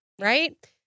right